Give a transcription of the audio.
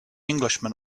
englishman